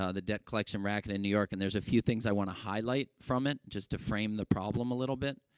ah the debt collection racket in new york, and there's a few things i want to highlight from it just to frame the problem a little bit.